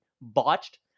botched